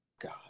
God